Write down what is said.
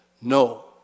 No